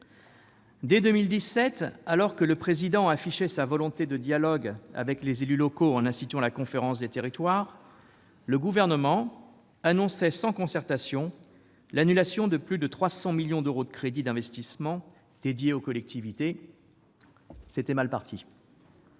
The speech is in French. Dès 2017, alors que le Président de la République affichait sa volonté de dialogue avec les élus locaux en instituant la conférence des territoires, le Gouvernement annonçait, sans concertation, l'annulation de plus de 300 millions d'euros de crédits d'investissement dédiés aux collectivités. C'était mal parti